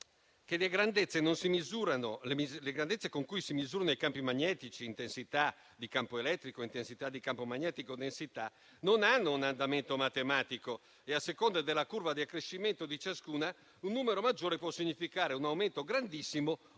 le grandezze con cui si misurano i campi magnetici (intensità di campo elettrico, intensità di campo magnetico e densità) non hanno un andamento matematico e, a seconda della curva di accrescimento di ciascuna, un numero maggiore può significare un aumento grandissimo oppure